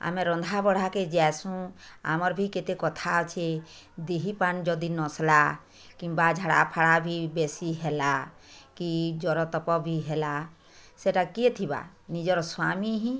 ଆମେ ରନ୍ଧାବଢ଼ା କେ ଯାଏସୁଁ ଆମର୍ ବି କେତେ କଥା ଅଛେ ଦିହି ପାନି ଯଦି ନସ୍ଲା କିମ୍ୱା ଝାଡ଼ା ଫାଡ଼ା ବି ବେଶୀ ହେଲା କି ଜର ତପ ବି ହେଲା ସେଟା କିଏ ଥିବା ନିଜର୍ ସ୍ୱାମୀ ହି